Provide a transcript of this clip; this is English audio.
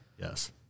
Yes